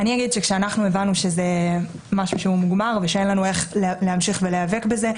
כשאנחנו הבנו שזה משהו מוגמר ושאין לנו איך להמשיך ולהיאבק בזה,